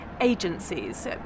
Agencies